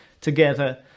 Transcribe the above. together